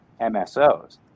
MSOs